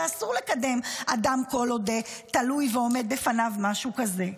ואסור לקדם אדם כל עוד תלוי ועומד בפניו משהו כזה.